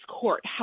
court